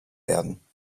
werden